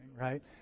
right